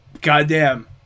goddamn